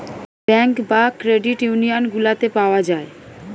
bank বা credit union গুলাতে পাওয়া যায়